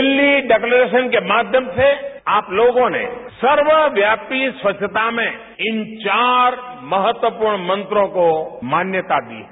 Delhi declaration के माध्यम से आप लोगों ने सर्वव्यापी स्वच्छता में इन चार महत्वपूर्ण मंत्रों को मान्यता दी है